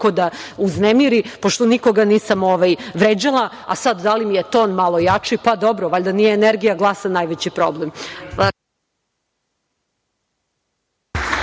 toliko da uznemiri, pošto nikoga nisam vređala, a sada da li je ton malo jači. Pa dobro, valjda nije energija glasa najveći problem.